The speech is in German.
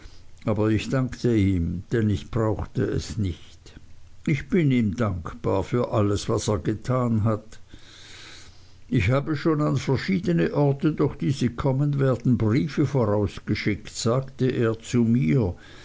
aber ich dankte ihm denn ich brauchte es nicht ich bin ihm dankbar für alles was er getan hat ich habe schon an verschiedene orte durch die sie kommen werden briefe vorausgeschickt sagte er zu mir